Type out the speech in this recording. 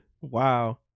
Wow